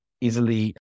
easily